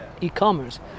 e-commerce